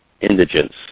indigence